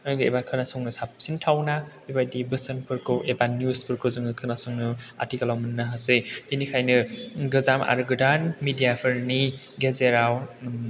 एबा खोनासंनो साबसिनथावना बेबादि बोसोनफोरखौ एबा निउसफोरखौ जोङो खोनासंनो आथिखालाव मोननो हासै बिनिखायनो गोजाम आरो गोदान मिदियाफोरनि गेजेराव